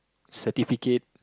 certificate